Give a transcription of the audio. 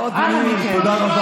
אנא מכם.